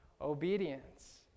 obedience